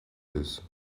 ist